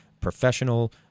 professional